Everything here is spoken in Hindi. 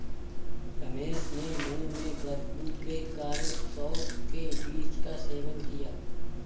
रमेश ने मुंह में बदबू के कारण सौफ के बीज का सेवन किया